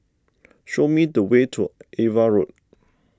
show me the way to Ava Road